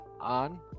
on